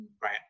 right